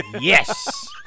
Yes